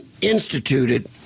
instituted